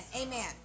Amen